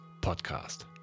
Podcast